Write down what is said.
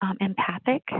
empathic